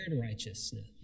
righteousness